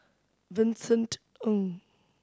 Vincent Ng